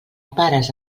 pares